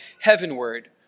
heavenward